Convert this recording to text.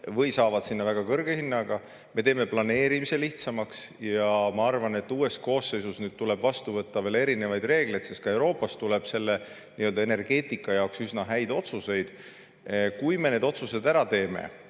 või saavad sinna väga kõrge hinnaga. Me teeme planeerimise lihtsamaks. Ma arvan, et uues koosseisus tuleb vastu võtta veel reegleid, sest ka Euroopast tuleb selle nii-öelda energeetika jaoks üsna häid otsuseid. Kui me need otsused ära teeme